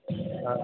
हा